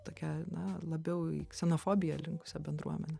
tokią na labiau į ksenofobiją linkusią bendruomenę